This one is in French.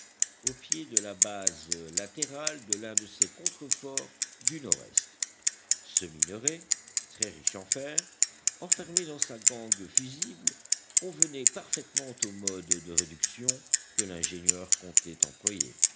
au pied de la base latérale de l'un de ces contreforts du nord-est ce minerai très riche en fer enfermé dans sa gangue fusible convenait parfaitement au mode de réduction que l'ingénieur comptait employer